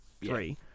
three